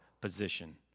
position